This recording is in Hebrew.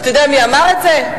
אתה יודע מי אמר את זה?